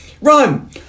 Run